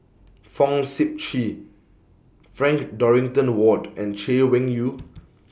Fong Sip Chee Frank Dorrington Ward and Chay Weng Yew